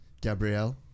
Gabrielle